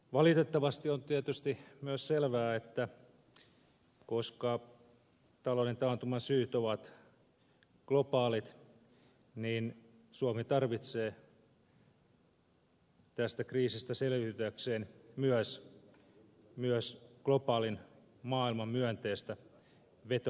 valitettavasti on tietysti myös selvää koska talouden taantuman syyt ovat globaalit että suomi tarvitsee tästä kriisistä selviytyäkseen myös globaalin maailman myönteistä vetovoimaa